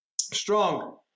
Strong